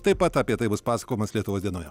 taip pat apie tai bus pasakojimas lietuvos dienoje